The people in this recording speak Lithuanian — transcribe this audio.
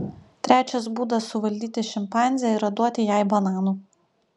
trečias būdas suvaldyti šimpanzę yra duoti jai bananų